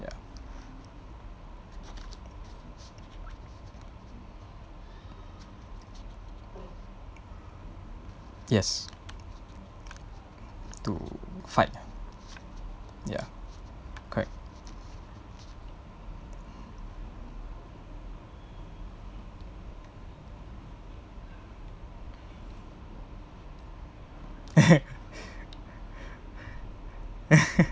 ya yes to fight ya correct